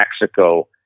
Mexico